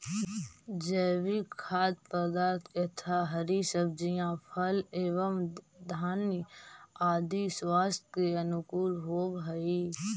जैविक खाद्य पदार्थ यथा हरी सब्जियां फल एवं धान्य आदि स्वास्थ्य के अनुकूल होव हई